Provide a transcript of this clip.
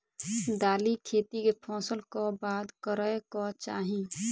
दालि खेती केँ फसल कऽ बाद करै कऽ चाहि?